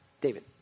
David